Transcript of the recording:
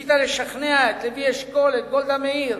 ניסית לשכנע את לוי אשכול, את גולדה מאיר,